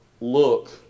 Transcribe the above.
look